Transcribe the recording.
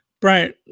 Brian